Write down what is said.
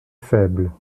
faible